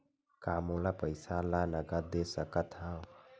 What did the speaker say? का मोला पईसा ला नगद दे सकत हव?